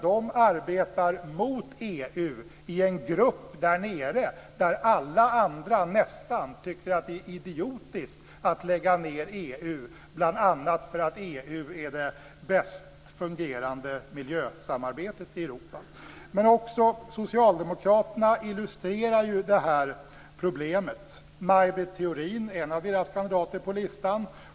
De arbetar mot EU i en grupp där nere där nästan alla andra tycker att det är idiotiskt att lägga ned EU, bl.a. för att EU är det bäst fungerande miljösamarbetet i Europa. Också socialdemokraterna illustrerar detta problem. Maj Britt Theorin är en av deras kandidater på listan.